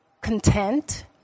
content